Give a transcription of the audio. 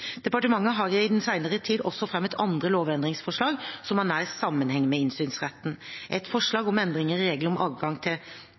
Departementet har i den senere tid også fremmet andre lovendringsforslag som har nær sammenheng med innsynsretten. Et forslag om endring i reglene om adgang til